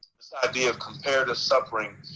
this idea of comparative suffering,